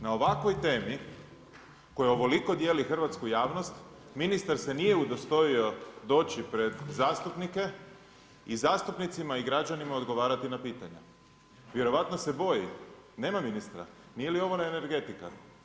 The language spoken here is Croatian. Na ovakvoj temi koja ovoliko dijeli hrvatsku javnost, ministar se nije udostojio doći pred zastupnike i zastupnicima i građanima odgovarati na pitanja, vjerovatno se boji, nema ministra, nije li ovo energetika?